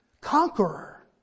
Conqueror